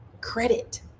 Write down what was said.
credit